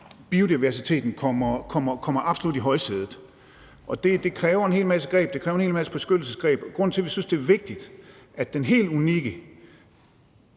at biodiversiteten kommer absolut i højsædet. Og det kræver en hel masse greb, en hel masse beskyttelsesgreb. Grunden til, at vi synes, det er vigtigt, at den helt unikke